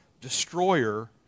destroyer